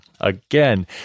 Again